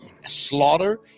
slaughter